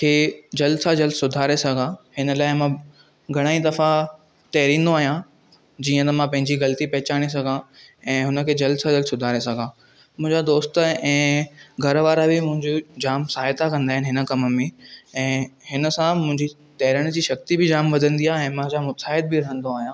खे जल्द सां जल्द सुधारे सघां हिन लाइ मां घणा ई दफ़ा तैरींदो आहियां जीअं त मां पंहिंजी ग़लती पहिचाने सघां ऐं हुन खे जल्द सां जल्द सुधारे सघां मुंहिंजा दोस्त ऐं घर वारा बि मुंहिंजो जाम सहायता कंदा आहिनि हिन कम में ऐं हिन सां मुंहिंजी तैरण जी शक्ति बि जाम वधंदी आहे ऐं मां जाम उत्साहित बि रहंदो आहियां